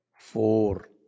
Four